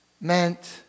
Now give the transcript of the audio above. meant